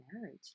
marriage